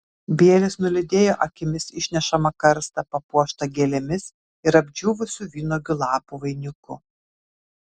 bielis nulydėjo akimis išnešamą karstą papuoštą gėlėmis ir apdžiūvusių vynuogių lapų vainiku